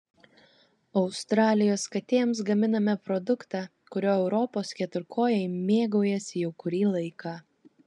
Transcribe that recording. australijos katėms gaminame produktą kuriuo europos keturkojai mėgaujasi jau kurį laiką